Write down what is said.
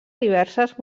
diverses